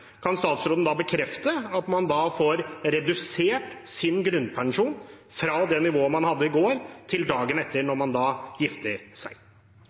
kan statsråden bekrefte at man da får redusert sin grunnpensjon fra det nivået man hadde i går, til dagen etter når man gifter seg?